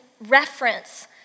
reference